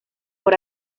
por